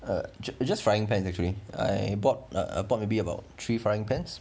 uh just frying pan is actually I bought a bought maybe about three frying pans